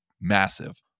massive